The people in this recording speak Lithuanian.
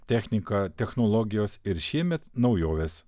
technika technologijos ir šiemet naujovės